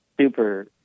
super